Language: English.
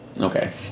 Okay